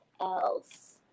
else